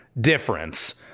difference